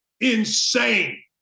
Insane